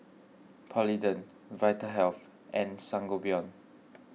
Polident Vitahealth and Sangobion